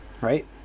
right